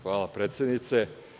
Hvala predsednice.